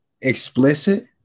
explicit